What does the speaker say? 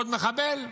בעוד שמחבל,